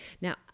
now